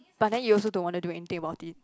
but then you also don't want to do anything about it